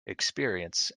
experience